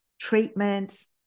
treatments